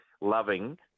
loving